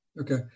Okay